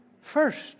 first